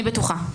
אני בטוחה.